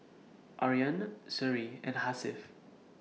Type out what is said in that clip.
Aryan Seri and Hasif